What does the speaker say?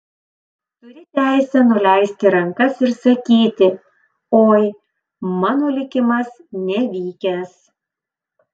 turi teisę nuleisti rankas ir sakyti oi mano likimas nevykęs